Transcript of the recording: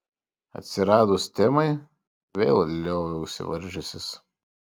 atsiradus temai vėl lioviausi varžiusis